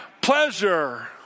pleasure